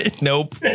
nope